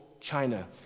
China